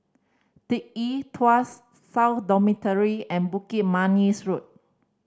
the Yew Tee Tuas South Dormitory and Bukit Manis Road